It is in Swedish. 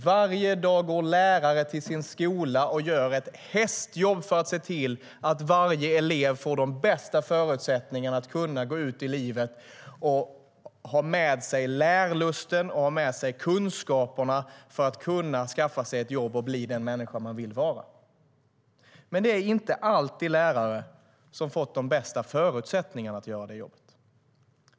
Varje dag går lärare till sin skola och gör ett hästjobb för att se till att varje elev får de bästa förutsättningarna att kunna gå ut i livet och ha med sig lärlusten och kunskaperna för att kunna skaffa sig ett jobb och bli den människa man vill vara. Men det är inte alltid lärare som har fått de bästa förutsättningarna att göra jobbet.